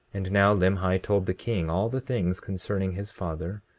and now limhi told the king all the things concerning his father,